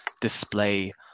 display